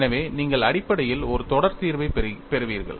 எனவே நீங்கள் அடிப்படையில் ஒரு தொடர் தீர்வைப் பெறுவீர்கள்